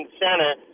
center